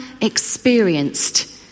experienced